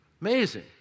Amazing